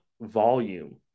volume